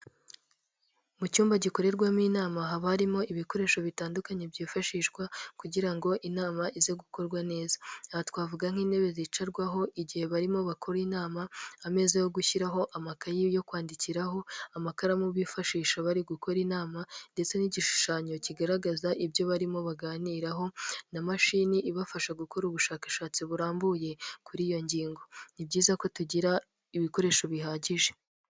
Mu cyumba gikorerwamo inama, haba harimo ibikoresho bitandukanye byifashishwa kugira ngo inama ize gukorwa neza. Aha twavuga nk'intebe zicarwaho igihe barimo bakora inama, ameza yo gushyiraho amakayi yo kwandikiraho, amakaramu bifashisha bari gukora inama ndetse n'igishushanyo kigaragaza ibyo barimo baganiraho na mashini ibafasha gukora ubushakashatsi burambuye kuri iyo ngingo. Ni byiza ko tugira ibikoresho bihagije.